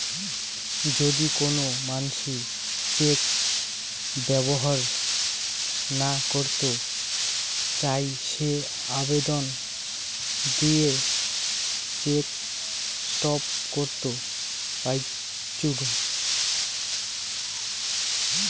যদি কোন মানসি চেক ব্যবহর না করত চাই সে আবেদন দিয়ে চেক স্টপ করত পাইচুঙ